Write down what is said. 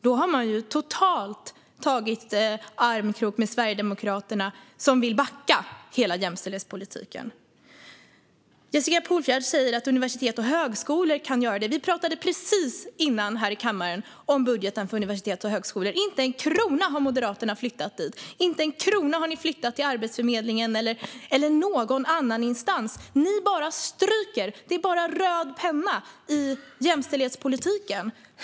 Då har man ju totalt tagit armkrok med Sverigedemokraterna, som vill backa hela jämställdhetspolitiken. Jessica Polfjärd säger att universitet och högskolor kan göra det. Vi talade precis här i kammaren om budgeten för universitet och högskolor. Inte en krona har Moderaterna flyttat dit! Inte en krona har ni flyttat till Arbetsförmedlingen eller någon annan instans! Ni bara stryker - det är bara röd penna i jämställdhetspolitiken!